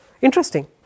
Interesting